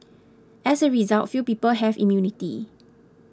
as a result few people have immunity